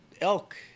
Elk